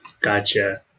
gotcha